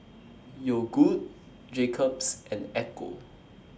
Yogood Jacob's and Ecco